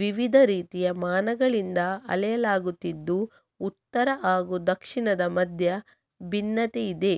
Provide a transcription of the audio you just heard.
ವಿವಿಧ ರೀತಿಯ ಮಾನಗಳಿಂದ ಅಳೆಯಲಾಗುತ್ತಿದ್ದು ಉತ್ತರ ಹಾಗೂ ದಕ್ಷಿಣದ ಮಧ್ಯೆ ಭಿನ್ನತೆಯಿದೆ